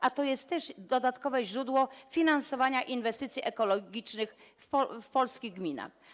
A to jest też dodatkowe źródło finansowania inwestycji ekologicznych w polskich gminach.